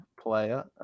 player